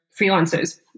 freelancers